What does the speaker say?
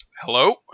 Hello